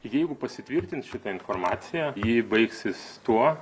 jeigu pasitvirtins šita informacija ji baigsis tuo